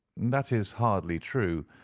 that is hardly true.